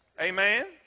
Amen